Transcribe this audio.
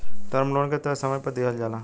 term loan के तय समय में दिहल जाला